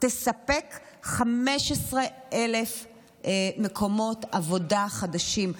תספק 15,000 מקומות עבודה חדשים,